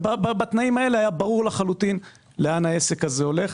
בתנאים האלה היה ברור לחלוטין לאן העסק הזה הולך.